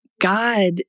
God